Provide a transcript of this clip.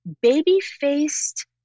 baby-faced